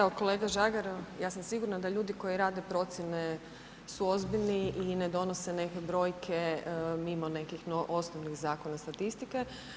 Evo kolega Žagar, ja sam sigurna da ljudi koji rade procijene su ozbiljni i ne donose neke brojke mimo nekih osnovnih zakona statistike.